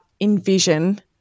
envision